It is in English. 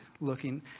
looking